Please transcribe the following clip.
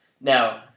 Now